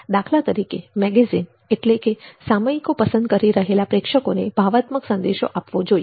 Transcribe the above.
દાખલા તરીકે મેગેઝીન સામયિકો પસંદ કરી રહેલા પ્રેક્ષકોને ભાવનાત્મક સંદેશો આપવો જોઇએ